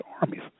armies